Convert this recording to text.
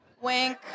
Wink